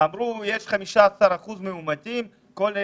אמרו שיש 15% מאומתים כל שישי,